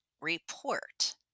report